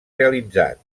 realitzat